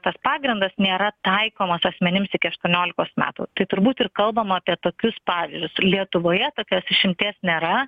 tas pagrindas nėra taikomas asmenims iki aštuoniolikos metų tai turbūt ir kalbama apie tokius pavyzdžius lietuvoje tokios išimties nėra